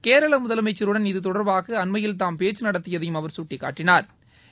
கேரள முதலமை ச்சுருடன் இது தொடா்பாக அண்மையில் தாம் பேச்சு நடத்தியதையும் அவா் சுட்டிக்காட்டினாா்